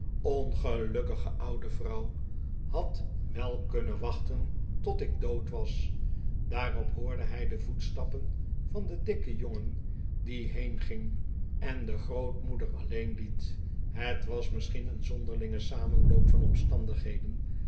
ongelukkige oude vrouw had wel kunnen wachten tot ik dood was daarop hoorde hij de voetstappen van den dikken jongen die heenging en de grootmoeder alleen liet het was misschien een zonderlinge samenloop van omstandigheden